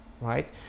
right